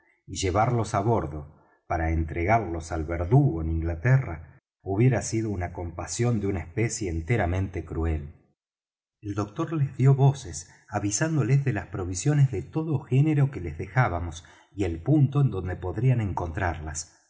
y llevarlos á bordo para entregarlos al verdugo en inglaterra hubiera sido una compasión de una especie enteramente cruel el doctor les dió voces avisándoles de las provisiones de todo género que les dejábamos y el punto en donde podrían encontrarlas